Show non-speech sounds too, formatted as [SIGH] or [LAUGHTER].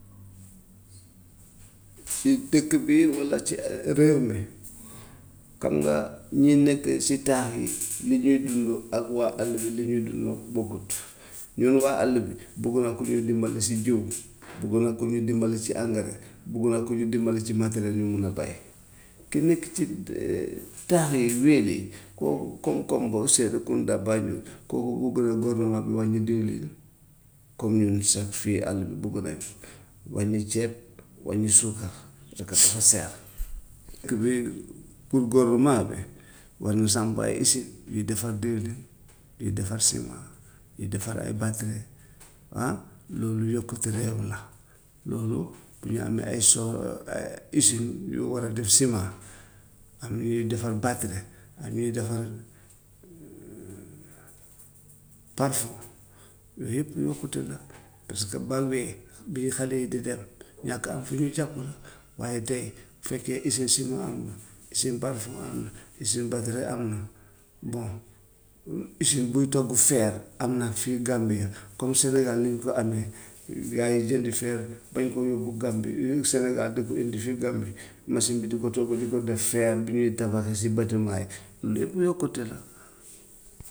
[NOISE] si dëkk bii walla ci réew [HESITATION] mi kam nga ñi nekkee si taax yi [NOISE] lu ñuy dund ak waa àll bi lu ñuy dund bokkut. Ñun waa àll bi buggu na [NOISE] ku ñuy dimbale si jiw [NOISE] buggu na ku ñu dimbale si angare, buggu na ku ñu dimbale ci matériel yu ñu mun a béyee. Ki nekk ci [HESITATION] taax yi [NOISE] villes yi kooku koom-koom bo serekunda banjul kooku bugg na gouvernement bi wàññi diwlin, comme ñun sax fii àll bi buggu nañ ko, wàññi ceeb, wàññi suukar, parce que [NOISE] dafa seer. Kii bi pour gouvernement bi war na samp ay usines yuy defar diwlin, yuy defar ciment, yuy defar ay batterie, [NOISE] loolu yokkute réew la, loolu, [NOISE] bu ñu amee ay so ay usines yu war a def ciment, am yuy defar batterie, am yuy defar [HESITATION] parfoo yooyu yëpp yokkute la, [NOISE] parce que bambey bii xale yi di dem ñàkk a am fu ñu jàpp waaye tey bu fekkee usine ciment am na, usine parfoo am na, usine batterie am na, bon usine buy togg fer am na fii gambia comme sénégal nu mu fa amee, gaa yi jënd fer bañ koo yóbbu gambie yooyu yëpp sénégal di ko indi fii gambie, nation bi di ko togg di ko def fer bi ñuy tabaxee si batiments yi lépp yokkute la. [NOISE]